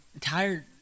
tired